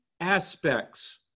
aspects